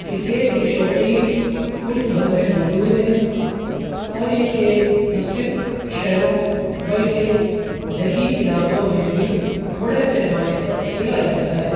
cricket کے شوقین ملک بھر میں موجود ہیں اور یہ کھیل نہ صرف شہروں بلکہ دیہی علاقوں میں بھی بڑے پیمانے پر کھیلا جاتا ہے